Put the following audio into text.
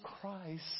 Christ